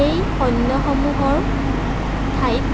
এই সৈন্য় সমূহৰ ঠাইত